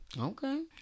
Okay